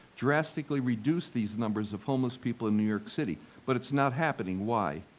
drastically reduce these numbers of homeless people in new york city, but it's not happening. why?